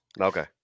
Okay